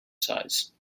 size